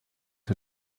her